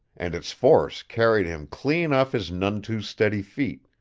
and its force carried him clean off his none-too-steady feet.